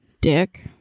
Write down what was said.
Dick